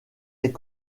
est